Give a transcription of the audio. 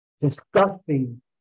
disgusting